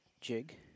jig